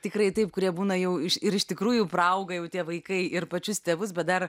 tikrai taip kurie būna jau ir iš tikrųjų praauga jau tie vaikai ir pačius tėvus bet dar